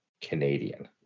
Canadian